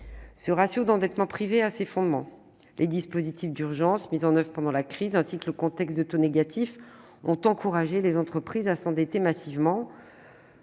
Ce ratio d'endettement privé a ses fondements. Les dispositifs d'urgence mis en oeuvre pendant la crise, ainsi que le contexte de taux négatifs ont encouragé les entreprises à s'endetter massivement